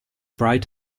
bright